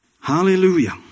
Hallelujah